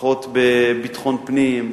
פחות בביטחון פנים,